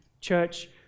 church